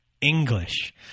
English